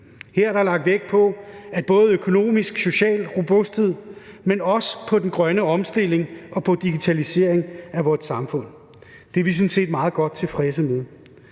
Her er der lagt vægt på både økonomisk og social robusthed, men også på den grønne omstilling og på digitalisering af vores samfund. Det er vi sådan set meget godt tilfredse med.